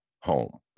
home